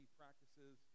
practices